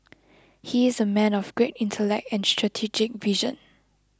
he is a man of great intellect and strategic vision